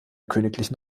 königlichen